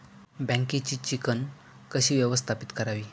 बँकेची चिकण कशी व्यवस्थापित करावी?